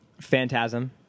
phantasm